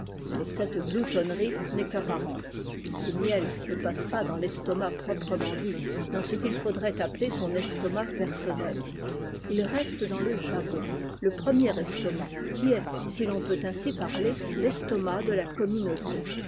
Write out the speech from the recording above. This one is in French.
mais cette gloutonnerie n'est ipparente ce miel ne passe pas dans l'esac proprement dit dans ce qu'il faudrait appeler son estomac personnel il reste dans le jabot le premier estomac qui est si ton peut ainsi parler festomac de la communauté